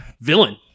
villain